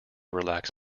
relax